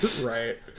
right